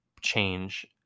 change